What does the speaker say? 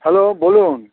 hello বলুন